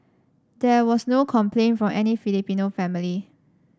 there was no complaint from any Filipino family